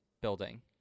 Building